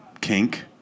kink